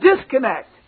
disconnect